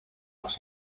dos